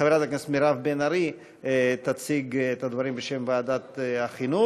חברת הכנסת מירב בן ארי תציג את הדברים בשם ועדת החינוך,